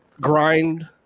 grind